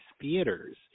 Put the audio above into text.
theaters